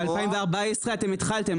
2014 אתם התחלתם.